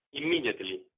immediately